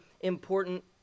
important